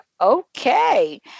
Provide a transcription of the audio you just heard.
okay